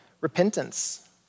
repentance